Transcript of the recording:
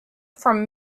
from